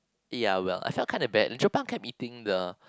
ya well I felt kind of bad Jo Pang kept eating the